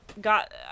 got